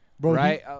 Right